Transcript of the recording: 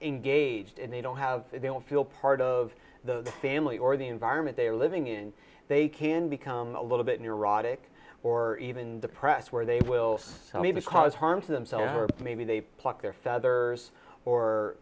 engaged and they don't have they don't feel part of the family or the environment they are living in they can become a little bit neurotic or even depressed where they will be because harm to themselves or maybe they pluck their feathers or